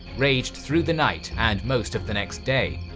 raged through the night and most of the next day.